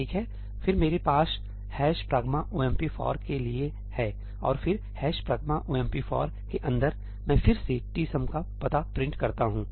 ठीक है फिर मेरे पास 'hash pragma omp for के लिए है और फिर 'hash pragma omp for के अंदर मैं फिर से tsum का पता प्रिंट करता हूं